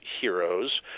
heroes